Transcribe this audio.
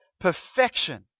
perfection